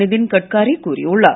நிதின் கட்காரி கூறியுள்ளார்